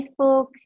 Facebook